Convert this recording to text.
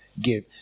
give